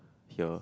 here